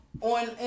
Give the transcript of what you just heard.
On